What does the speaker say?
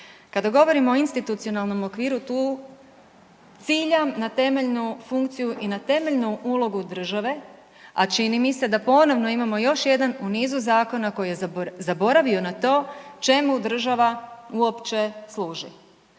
Kada govorimo o institucionalnom okviru tu ciljam na temeljnu funkciju i na temeljnu ulogu države, a čini mi se da ponovno imamo još jedan u nizu zakona koji je zaboravio na to čemu država uopće služi.